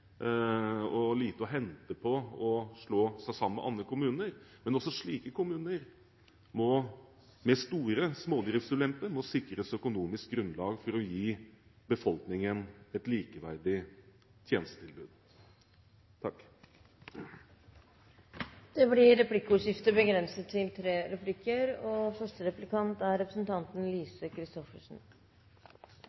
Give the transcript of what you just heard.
være lite hensiktsmessig og lite å hente på å slå seg sammen med andre kommuner. Men også slike kommuner med store smådriftsulemper må sikres økonomisk grunnlag for å gi befolkningen et likeverdig tjenestetilbud. Det blir replikkordskifte. I de innledende merknadene til denne innstillingen står Kristelig Folkeparti sammen med Høyre og